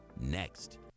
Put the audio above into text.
next